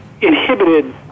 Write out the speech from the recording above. inhibited